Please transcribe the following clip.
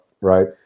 right